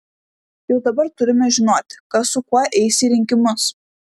jau dabar turime žinoti kas su kuo eis į rinkimus